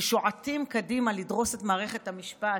ששועטים קדימה לדרוס את מערכת המשפט: